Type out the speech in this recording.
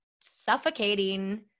suffocating